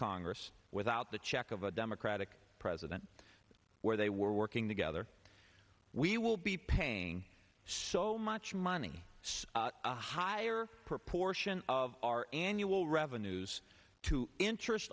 congress without the check of a democratic president where they were working together we will be paying so much money a higher proportion of our annual revenues to interest